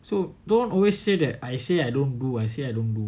so don't always say that I say I don't do I say I don't do